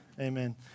amen